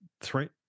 three